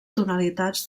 tonalitats